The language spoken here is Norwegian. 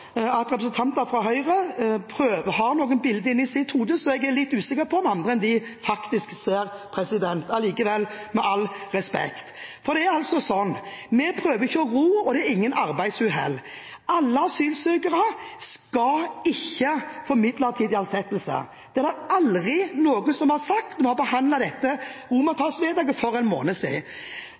at representanter fra Høyre har noen bilder inne i hodet som jeg er litt usikker på om andre enn de ser – allikevel med all respekt. Vi prøver ikke å ro, og det er ikke noe arbeidsuhell. Alle asylsøkere skal ikke få midlertidig arbeidstillatelse. Det var det aldri noen som sa da vi behandlet dette romertallsvedtaket for en